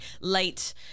late